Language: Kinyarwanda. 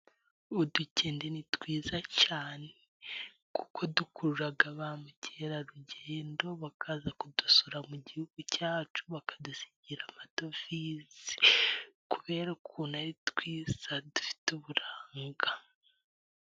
Udukende ni twiza cyane, kuko dukurura ba mukerarugendo bakaza kudusura mu gihugu cyacu, bakadusigira amadovize, kubera ukuntu ari twiza dufite uburanga.